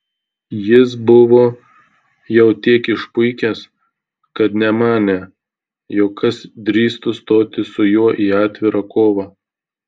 jis buvo jau tiek išpuikęs kad nemanė jog kas drįstų stoti su juo į atvirą kovą